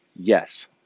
yes